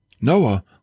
Noah